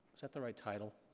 is that the right title?